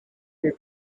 her